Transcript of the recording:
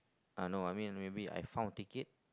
uh no I mean maybe I found ticket